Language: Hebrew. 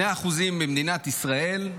2% במדינת ישראל,